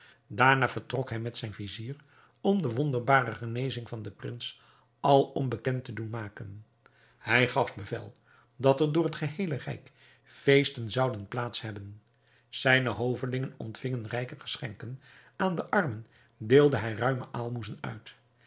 daarna vertrok hij met zijn vizier om de wonderbare genezing van den prins alom bekend te doen maken hij gaf bevel dat er door het geheele rijk feesten zouden plaats hebben zijne hovelingen ontvingen rijke geschenken aan de armen deelde hij ruime aalmoezen uit